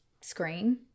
screen